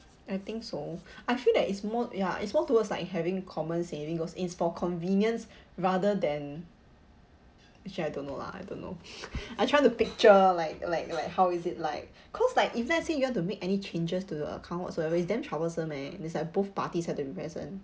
I think so I feel that is more ya it's more towards like having common saving goes in for convenience rather than actually I don't know lah I don't know I try to picture like like like how is it like cause like if let's say you want to make any changes to the account whatsoever it's damn troublesome eh it's like both parties have to be present